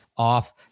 off